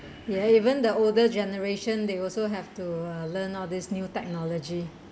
ya even the older generation they also have to uh learn all these new technology